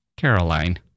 Caroline